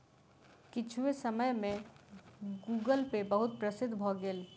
किछुए समय में गूगलपे बहुत प्रसिद्ध भअ भेल